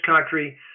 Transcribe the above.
country